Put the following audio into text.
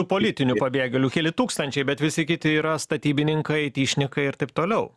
politinių pabėgėlių keli tūkstančiai bet visi kiti yra statybininkai aityšnikai ir taip toliau